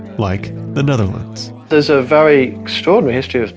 like the netherlands. there's a very extraordinary history.